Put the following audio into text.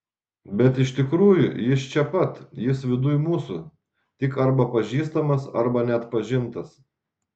bet iš tikrųjų jis čia pat jis viduj mūsų tik arba pažįstamas arba neatpažintas